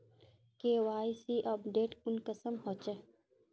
KYC update कुंसम होचे?